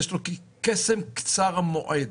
יש לו קסם קצר מועד,